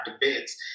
debates